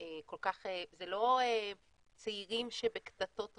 לא צעירים שבקטטות רחוב,